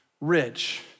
rich